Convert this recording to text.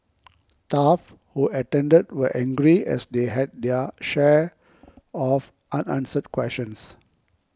staff who attended were angry as they had their share of unanswered questions